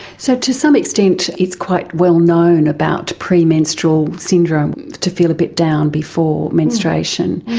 so to some extent it's quite well known about premenstrual syndrome, to feel a bit down before menstruation.